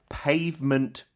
pavement